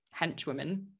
henchwomen